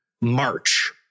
March